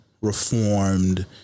reformed